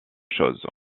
chose